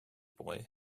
boy